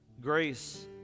Grace